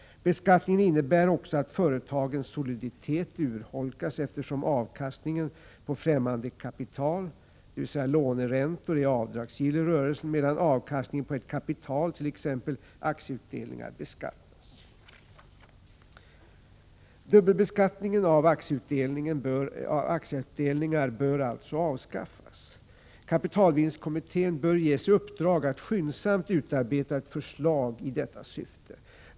Beskattningen innebär också att företagens soliditet urholkas, eftersom avkastningen på främmande kapital, dvs. låneräntor, är avdragsgill i rörelsen, medan avkastningen på ett kapital, t.ex. aktieutdelningar, beskattas. Dubbelbeskattningen av aktieutdelningar bör alltså avskaffas. Kapitalvinstkommittén bör ges i uppdrag att skyndsamt utarbeta ett förslag i detta syfte.